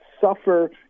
suffer